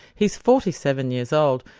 he's forty-seven years old.